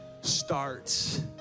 starts